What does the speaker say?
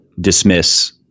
dismiss